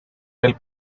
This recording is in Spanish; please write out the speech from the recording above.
del